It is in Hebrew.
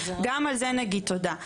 גם על זה נגיד תודה,